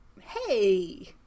hey